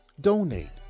Donate